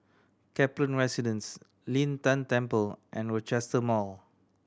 Kaplan Residence Lin Tan Temple and Rochester Mall